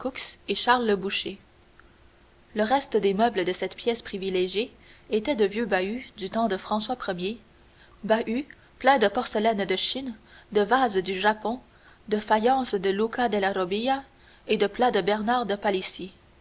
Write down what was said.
et charles leboucher le reste des meubles de cette pièce privilégiée étaient de vieux bahuts du temps de françois ier bahuts pleins de porcelaines de chine de vases du japon de faïences de luca della robbia et de plats de bernard de